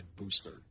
booster